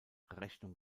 rechnung